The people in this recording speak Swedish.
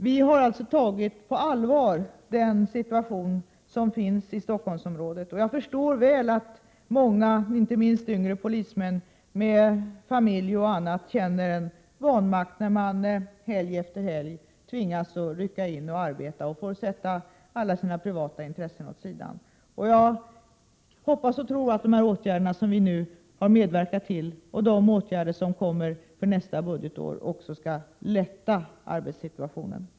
Vi har alltså tagit situationen i Stockholmsområdet på allvar. Jag förstår väl att många, inte minst yngre polismän med familj, känner vanmakt när man helg efter helg tvingas rycka in och arbeta och får sätta alla sina privata intressen åt sidan. Jag hoppas och tror att dessa åtgärder som vi har nu har medverkat till, och de åtgärder som kommer nästa budgetår, skall lätta arbetssituationen.